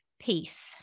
peace